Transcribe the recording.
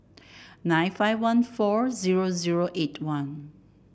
nine five one four zero zero eight one